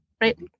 right